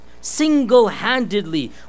single-handedly